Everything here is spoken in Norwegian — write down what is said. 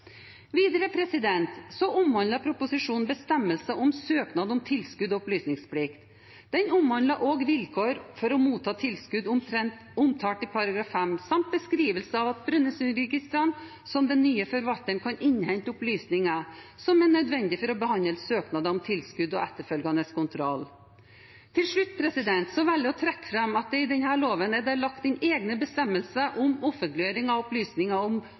Videre omhandler proposisjonen bestemmelser om søknad om tilskudd og opplysningsplikt. Den omhandler også vilkår for å motta tilskudd omtalt i § 5 samt beskrivelse av at Brønnøysundregistrene som den nye forvalteren kan innhente opplysninger som er nødvendige for å behandle søknader om tilskudd og etterfølgende kontroll. Til slutt velger jeg å trekke fram at det i denne loven er lagt inn egne bestemmelser om offentliggjøring av opplysninger og dokumenter i § 9. Tilskuddsmyndigheten kan, uten hinder av taushetsplikt, gjøre opplysninger om